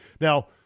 Now